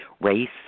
race